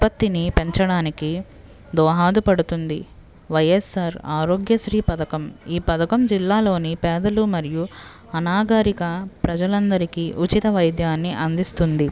ఉత్పత్తిని పెంచడానికి దోహద పడుతుంది వైయస్సార్ ఆరోగ్యశ్రీ పథకం ఈ పథకం జిల్లాలోని పేదలు మరియు అనాగరిక ప్రజలందరికీ ఉచిత వైద్యాన్ని అందిస్తుంది